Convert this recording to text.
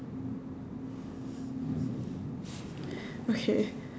okay